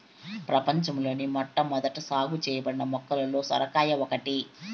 ప్రపంచంలోని మొట్టమొదట సాగు చేయబడిన మొక్కలలో సొరకాయ ఒకటి